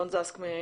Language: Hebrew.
אני